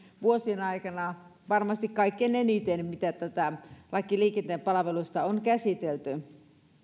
vuosien aikana varmasti kaikkein eniten kun tätä lakia liikenteen palveluista on käsitelty